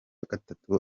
gatatu